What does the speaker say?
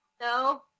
No